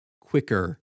quicker